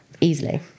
easily